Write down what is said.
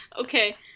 Okay